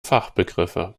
fachbegriffe